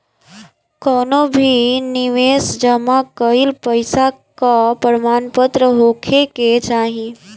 कवनो भी निवेश जमा कईल पईसा कअ प्रमाणपत्र होखे के चाही